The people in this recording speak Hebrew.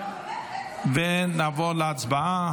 ונעבור להצבעה.